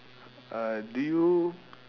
uh do you